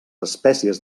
espècies